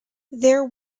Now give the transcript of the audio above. there